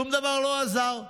שום דבר לא עזר.